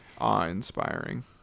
awe-inspiring